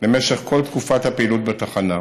במשך כל תקופת הפעילות בתחנה.